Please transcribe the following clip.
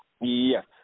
Yes